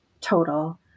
total